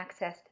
accessed